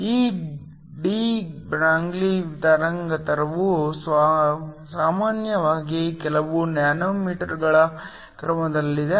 ಈಗ de Broglie ತರಂಗಾಂತರವು ಸಾಮಾನ್ಯವಾಗಿ ಕೆಲವು ನ್ಯಾನೋಮೀಟರ್ಗಳ ಕ್ರಮದಲ್ಲಿದೆ